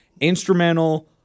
instrumental